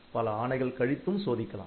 பல ஆணைகள் கழித்தும் சோதிக்கலாம்